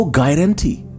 guarantee